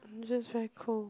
I'm just very cold